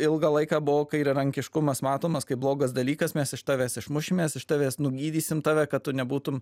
ilgą laiką buvo kairiarankiškumas matomas kaip blogas dalykas mes iš tavęs išmušim iš tavęs nugydisim tave kad tu nebūtum